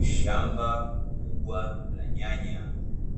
Shamba kubwa la nyanya